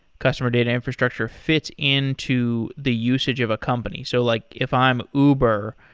customer data infrastructure, fits into the usage of a company. so like if i'm uber,